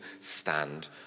stand